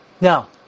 Now